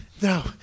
no